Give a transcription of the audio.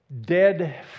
dead